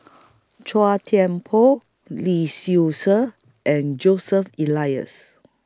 Chua Thian Poh Lee Seow Ser and Joseph Elias